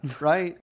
right